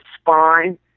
spine